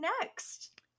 next